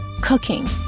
cooking